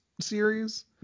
Series